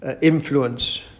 influence